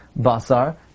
Basar